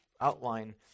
outline